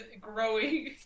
growing